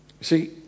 See